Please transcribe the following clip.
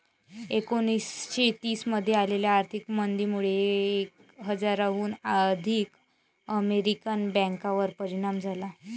एकोणीसशे तीस मध्ये आलेल्या आर्थिक मंदीमुळे एक हजाराहून अधिक अमेरिकन बँकांवर परिणाम झाला